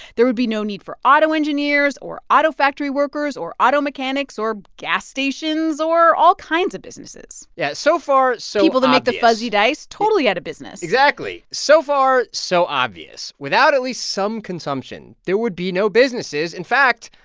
there would be no need for auto engineers or auto factory workers or auto mechanics or gas stations or all kinds of businesses yeah so far, so obvious people who make the fuzzy dice totally out of business exactly so far, so obvious. without at least some consumption, there would be no businesses. in fact,